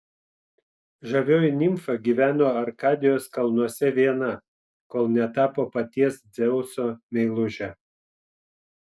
žavioji nimfa gyveno arkadijos kalnuose viena kol netapo paties dzeuso meiluže